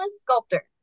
sculptor